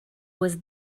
was